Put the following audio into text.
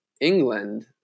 england